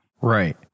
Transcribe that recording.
Right